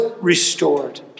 restored